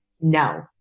no